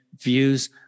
views